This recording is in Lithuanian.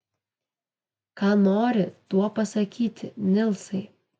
ką nori tuo pasakyti nilsai